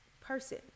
person